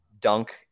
dunk